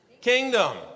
kingdom